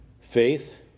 Faith